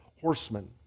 horsemen